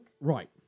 Right